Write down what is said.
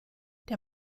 der